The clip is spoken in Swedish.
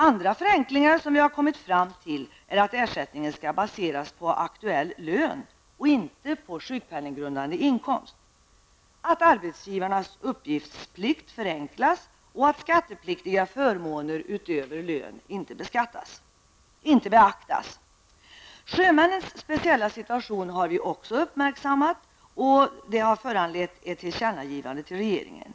Andra förenklingar som vi har kommit fram till är att ersättningen skall baseras på aktuell lön och inte på sjukpenninggrundande inkomst, att arbetsgivarnas uppgiftsplikt förenklas och att skattepliktiga förmåner utöver lön inte beaktas. Sjömännens speciella situation har också uppmärksammats, och det har föranlett ett tillkännagivande till regeringen.